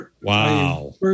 Wow